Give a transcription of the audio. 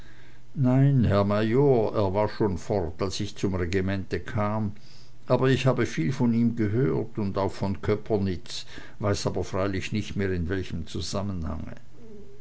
nein herr major er war schon fort als ich zum regimente kam aber ich habe viel von ihm gehört und auch von köpernitz weiß aber freilich nicht mehr in welchem zusammenhange